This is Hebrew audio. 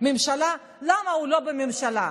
ממשלה למה הוא לא בממשלה.